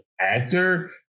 actor